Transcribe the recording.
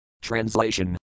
Translation